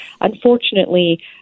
unfortunately